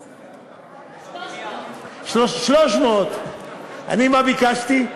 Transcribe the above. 300. 300. אני מה ביקשתי?